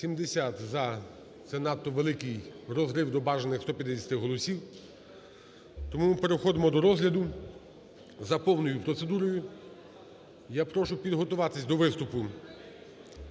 70 – за. Це надто великий розрив до бажаних 150 голосів, тому ми переходимо до розгляду за повною процедурою. Я прошу підготуватися до виступу